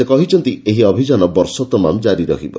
ସେ କହିଛନ୍ତି ଏହି ଅଭିଯାନ ବର୍ଷ ତମାମ ଜାରି ରହିବ